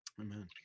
Amen